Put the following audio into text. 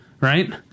Right